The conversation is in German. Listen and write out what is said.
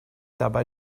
dabei